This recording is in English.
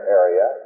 area